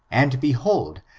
and behold,